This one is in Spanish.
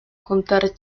contar